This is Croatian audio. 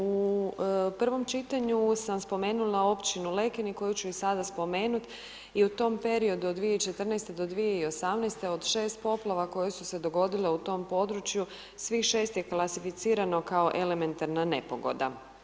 U prvom čitanju sam spomenula općinu Lekenik koju ću i sada spomenuti i u tom periodu od 2014. do 2018. od 6 poplava koje su se dogodile u tom području, svih 6 je klasificirano kao elementarna nepogoda.